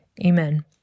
amen